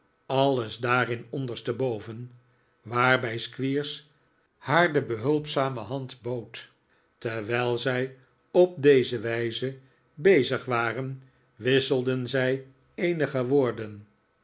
alles daarin ondersteboven waarbij squeers haar de behulpzame hand bood terwijl zij op deze wijze bezig waren wisselden zij eenige woorden